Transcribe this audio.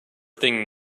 thing